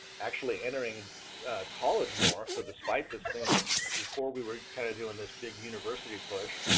actually entering college more. so despite this thing that before we were kind of doing this big university push,